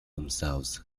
themselves